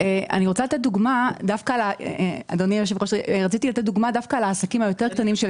אני רוצה לתת דוגמה על עסקים הזעירים והקטנים,